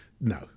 No